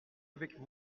avec